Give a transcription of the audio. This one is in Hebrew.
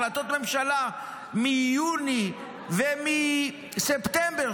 החלטות ממשלה מיוני ומספטמבר,